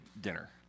dinner